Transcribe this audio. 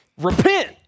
repent